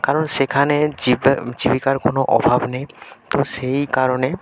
কারণ সেখানে জীবিকার কোনো অভাব নেই তো সেই কারণে